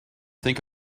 think